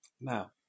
now